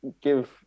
give